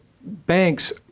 banks